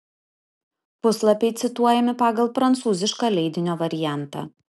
puslapiai cituojami pagal prancūzišką leidinio variantą